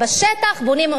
בונים אוניברסיטה,